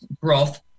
growth